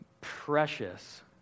precious